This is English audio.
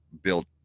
built